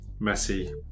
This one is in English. Messi